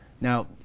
Now